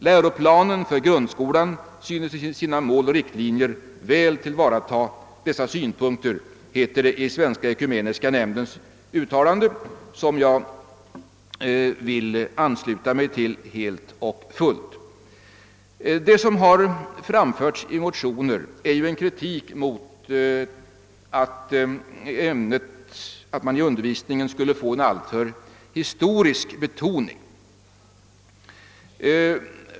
Läroplanen för grundskolan synes i sina ”Måloch riktlinjer” väl tillvarata dessa synpunkter.» — så heter det i Svenska ekumeniska nämndens uttalande, som jag helt och fullt ansluter mig till. Det som har framförts i motionerna är farhågor för att undervisningen skulle ges en alltför historisk betoning.